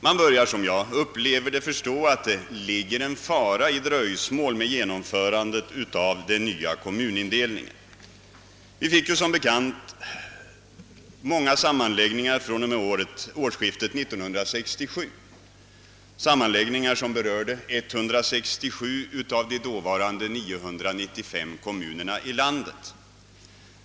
Man börjar dock som jag upplever det, att förstå att det ligger en fara i dröjsmål med genomförandet av den nya kommunindelningen. Vi fick som bekant många sammanläggningar från och med nyåret 1967, sammanläggningar som berörde 167 av de dåvarande 995 kommunerna i landet.